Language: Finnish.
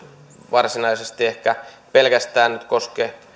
varsinaisesti ehkä pelkästään koske